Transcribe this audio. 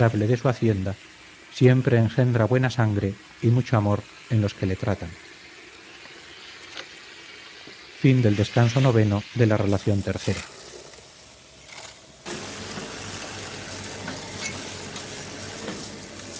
de su hacienda siempre engendra buena sangre y mucho amor en los que le tratan yo